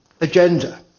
agenda